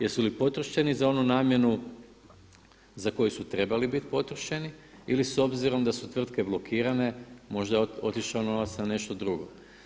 Jesu li potrošeni za onu namjenu za koju su trebali biti potrošeni ili su s obzirom da su tvrtke blokirane možda je otišao novac na nešto drugo?